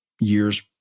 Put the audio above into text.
years